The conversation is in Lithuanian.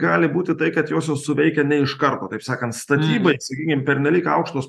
gali būti tai kad josios suveikia ne iš karto taip sakant statybai sakykim pernelyg aukštos